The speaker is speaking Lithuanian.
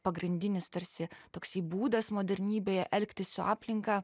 pagrindinis tarsi toksai būdas modernybėje elgtis su aplinka